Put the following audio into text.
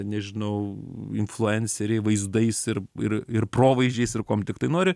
nežinau influenceriai vaizdais ir ir ir provaizdžiais ir kuom tiktai nori